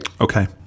okay